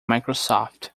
microsoft